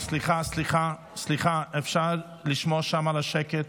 סליחה, סליחה, אפשר לשמור על השקט?